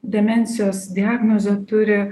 demencijos diagnozė turi